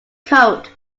coat